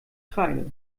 kreide